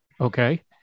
Okay